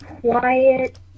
quiet